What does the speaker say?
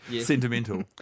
sentimental